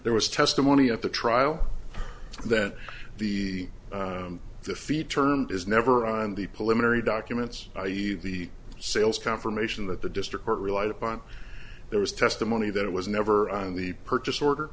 there was testimony at the trial that the the feed term is never on the pullin or a documents the sales confirmation that the district court relied upon there was testimony that it was never on the purchase order